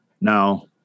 No